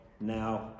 now